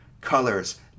colors